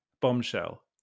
Bombshell